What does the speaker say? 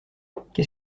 qu’est